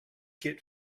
get